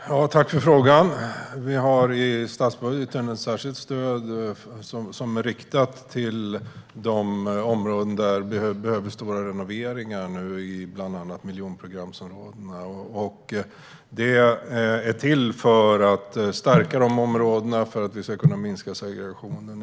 Herr talman! Tack för frågan! Vi har i statsbudgeten ett särskilt stöd som är riktat till de områden där det nu behövs stora renoveringar, bland annat i miljonprogramsområdena. Det är till för att stärka dessa områden för att vi ska kunna minska segregationen.